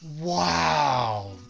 Wow